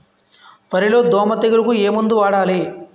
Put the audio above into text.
వరిలో దోమ తెగులుకు ఏమందు వాడాలి?